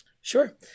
sure